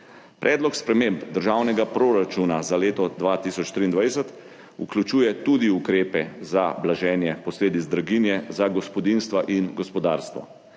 Predlog sprememb državnega proračuna za leto 2023 vključuje tudi ukrepe za blaženje posledic draginje za gospodinjstva in gospodarstvo.